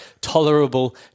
tolerable